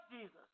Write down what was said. Jesus